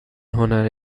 هنر